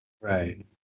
right